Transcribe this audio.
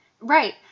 Right